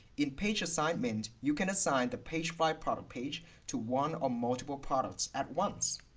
in page assignment, you can assign the pagefly product page to one or multiple products at once